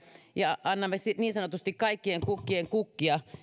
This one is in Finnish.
ja annamme niin sanotusti kaikkien kukkien kukkia